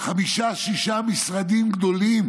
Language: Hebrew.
חמישה-שישה משרדים גדולים: